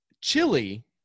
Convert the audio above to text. chili